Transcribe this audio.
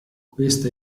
questa